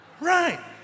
Right